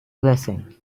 blessing